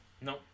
no